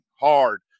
hard